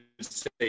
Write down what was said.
say